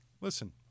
listen